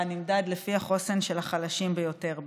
נמדד לפי החוסן של החלשים ביותר בה.